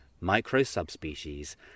micro-subspecies